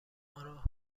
آنرا